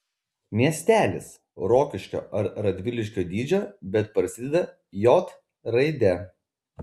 miestelis rokiškio ar radviliškio dydžio bet prasideda j raide